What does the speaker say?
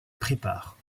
prépare